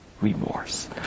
remorse